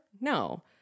No